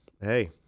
hey